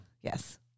Yes